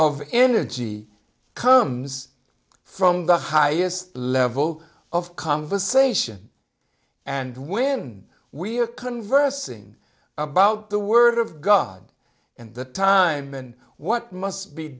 of energy comes from the highest level of conversation and when we are conversing about the word of god and the time and what must be